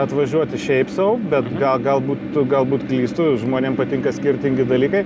atvažiuoti šiaip sau bet ga galbūt galbūt klystu žmonėm patinka skirtingi dalykai